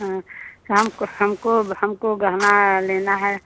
हाँ हमको हमको हमको गहना लेना है